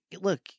look